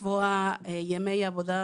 לקבוע ימי עבודה